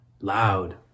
loud